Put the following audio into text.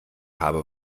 habe